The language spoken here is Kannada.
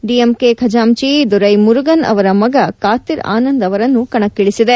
ಡಿಎಮ್ಕೆ ಖಜಾಂಚಿ ದುರೈ ಮುರುಗನ್ ಅವರ ಮಗ ಕಾತಿರ್ ಆನಂದ್ ಅವರನ್ನು ಕಣಕ್ಕಿ ಳಿಸಿದೆ